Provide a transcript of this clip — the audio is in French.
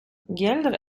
gueldre